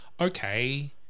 okay